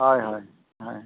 ᱦᱳᱭ ᱦᱳᱭ ᱦᱳᱭ